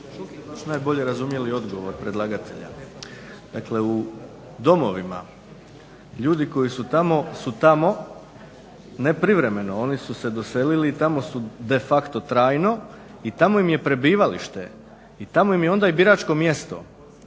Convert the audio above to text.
najbolje razumjeli odgovor predlagatelja. Dakle, u domovima ljudi koji su tamo su tamo ne privremeno, oni su se doselili i tamo su de facto trajno i tamo im je prebivalište i tamo im je onda i biračko mjesto.